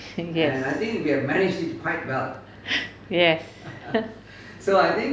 yes yes